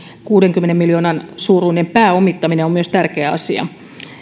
kuudenkymmenen miljoonan suuruinen pääomittaminen on tärkeä asia